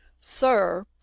Sir